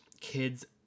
kids